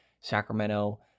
Sacramento